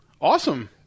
Awesome